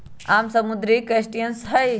आम समुद्री क्रस्टेशियंस हई